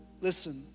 Listen